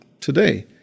today